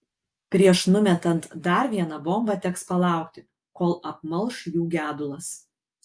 prieš numetant dar vieną bombą teks palaukti kol apmalš jų gedulas